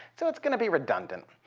so it's going to be redundant.